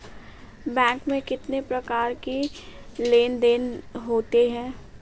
Bank में कितनी प्रकार के लेन देन देन होते हैं?